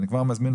ואני כבר אותך,